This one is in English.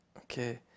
Okay